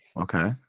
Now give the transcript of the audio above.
Okay